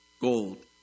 Gold